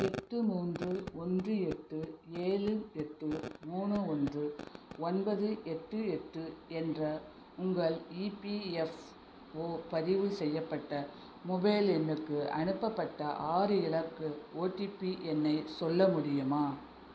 எட்டு மூன்று ஒன்று எட்டு ஏழு எட்டு மூணு ஒன்று ஒன்பது எட்டு எட்டு என்ற உங்கள் இபிஎஃப்ஓ பதிவு செய்யப்பட்ட மொபைல் எண்ணுக்கு அனுப்பப்பட்ட ஆறு இலக்கு ஓடிபி எண்ணை சொல்ல முடியுமா